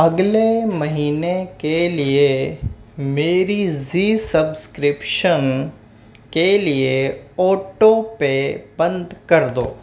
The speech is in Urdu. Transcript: اگلے مہینے کے لیے میری زی سبسکرپشن کے لیے آٹو پے بند کر دو